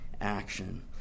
action